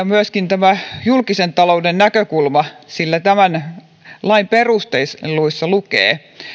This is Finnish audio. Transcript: myöskin tämä julkisen talouden näkökulma sillä tämän lain perusteluissa lukee